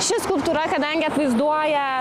ši skulptūra kadangi atvaizduoja